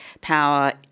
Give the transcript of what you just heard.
power